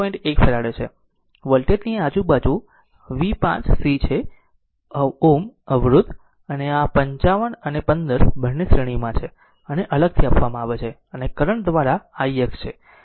1 Faraday છે voltage ની આજુબાજુ v 5 c છે Ω અવરોધ અને આ 55 અને 15 બંને શ્રેણીમાં છે અને અલગથી આપવામાં આવે છે અને કરંટ દ્વારા ix છે